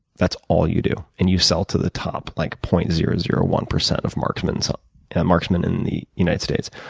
that's all you do and you sell to the top like point zero zero one percent of marksmen so marksmen in the united states.